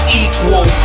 equal